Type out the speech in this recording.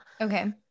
Okay